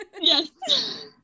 Yes